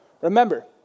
Remember